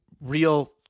real